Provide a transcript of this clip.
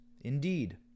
indeed